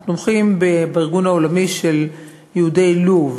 אנחנו תומכים בארגון העולמי של יהודי לוב,